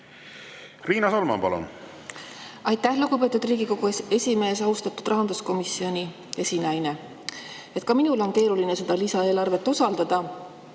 Riina Solman, palun! Aitäh, lugupeetud Riigikogu esimees! Austatud rahanduskomisjoni esinaine! Ka minul on keeruline seda lisaeelarvet usaldada,